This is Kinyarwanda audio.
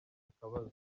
akabazo